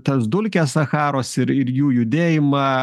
tas dulkes sacharos ir ir jų judėjimą